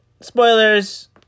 Spoilers